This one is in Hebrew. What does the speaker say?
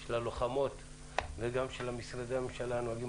של הלוחמות וגם של משרדי הממשלה הנוגעים